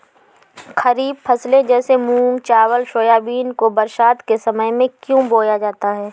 खरीफ फसले जैसे मूंग चावल सोयाबीन को बरसात के समय में क्यो बोया जाता है?